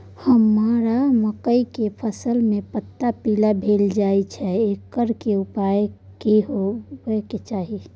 हमरा मकई के फसल में पता पीला भेल जाय छै एकर की उपचार होबय के चाही?